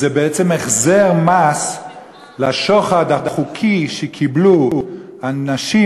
זה בעצם החזר מס לשוחד החוקי שקיבלו אנשים